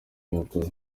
amakuru